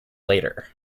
later